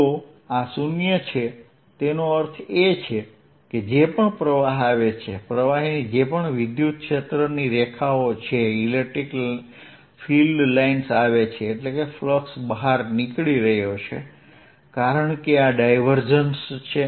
જો આ 0 છે તેનો અર્થ એ કે જે પણ પ્રવાહ આવે છે પ્રવાહની જે પણ વિદ્યુત ક્ષેત્ર રેખાઓ આવે છે એટલે કે ફ્લક્સ બહાર નીકળી રહ્યો છે કારણ કે આ ડાયવર્જન્સ 0 છે